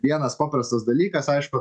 vienas paprastas dalykas aišku